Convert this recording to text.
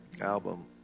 Album